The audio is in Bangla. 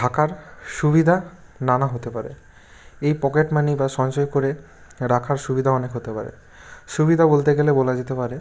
থাকার সুবিধা নানা হতে পারে এই পকেট মানি বা সঞ্চয় করে রাখার সুবিধা অনেক হতে পারে সুবিধা বলতে গেলে বলা যেতে পারে